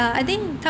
mm